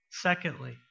Secondly